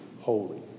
holy